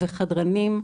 וחדרנים,